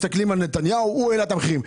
מסתכלים על נתניהו הוא העלה את המחירים,